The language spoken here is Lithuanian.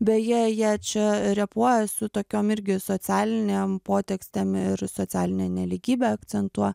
beje jie čia repuoja su tokiom irgi socialinėm potekstėm ir socialinę nelygybę akcentuoa